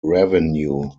revenue